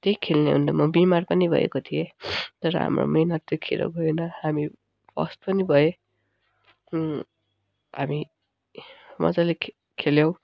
त्यही खेल्ने हुँदा म बिमार पनि भएको थिएँ तर हाम्रो मेहनत चाहिँ खेरो गएन हामी फर्स्ट पनि भए हामी मजाले खेल्यौँ